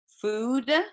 food